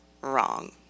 wrong